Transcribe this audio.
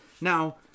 Now